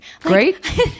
great